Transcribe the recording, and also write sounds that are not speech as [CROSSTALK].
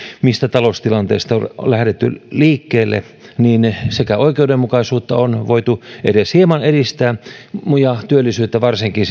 mistä taloustilanteesta on lähdetty liikkeelle oikeudenmukaisuutta on voitu edes hieman edistää ja työllisyyttä varsinkin [UNINTELLIGIBLE]